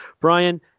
brian